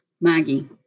Maggie